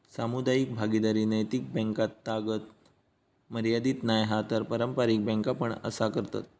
सामुदायिक भागीदारी नैतिक बॅन्कातागत मर्यादीत नाय हा तर पारंपारिक बॅन्का पण असा करतत